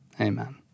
amen